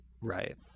Right